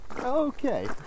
Okay